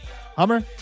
Hummer